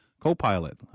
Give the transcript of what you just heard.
Copilot